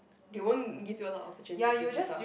they won't give you a lot of opportunity to do stuff